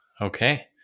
Okay